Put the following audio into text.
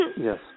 Yes